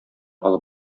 алып